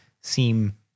seem